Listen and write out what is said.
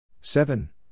seven